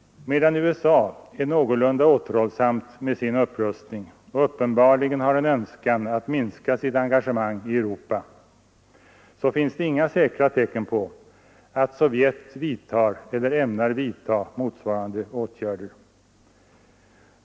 Medan USA är någorlunda återhållsamt med sin upprustning och uppenbarligen har en önskan att minska sitt engagemang i Europa finns det inga säkra tecken på att Sovjet vidtager eller ämnar vidtaga motsvarande åtgärder.